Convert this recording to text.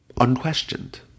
unquestioned